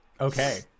Okay